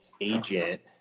agent